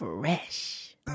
Fresh